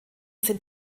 sind